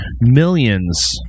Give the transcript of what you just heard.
millions